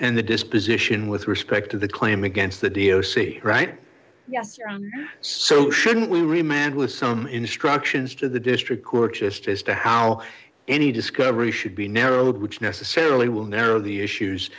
and the disposition with respect to the claim against the dio c right yes so shouldn't we remained with some instructions to the district court just as to how any discovery should be narrowed which necessarily will narrow the issues